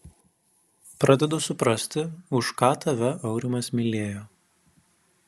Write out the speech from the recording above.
pradedu suprasti už ką tave aurimas mylėjo